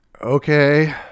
okay